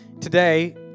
Today